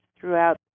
throughout